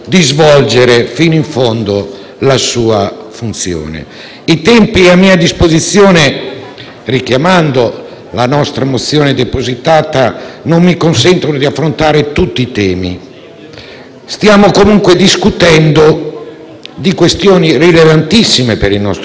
che abbiamo presentato, non mi consentono di affrontare tutti i temi. Stiamo comunque discutendo di questioni rilevantissime per il nostro Paese e per ora, signor Presidente, non siamo in un anno bellissimo per l'Italia,